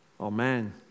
Amen